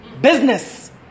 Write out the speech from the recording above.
business